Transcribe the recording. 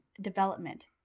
development